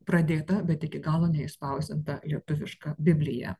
pradėta bet iki galo neišspausdinta lietuviška biblija